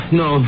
no